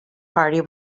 party